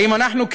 האם אנחנו,